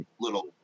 little